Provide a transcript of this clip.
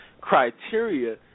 criteria